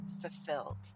fulfilled